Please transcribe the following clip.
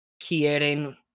quieren